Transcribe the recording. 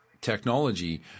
technology